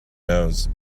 nose